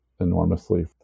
enormously